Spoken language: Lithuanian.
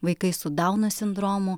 vaikai su dauno sindromu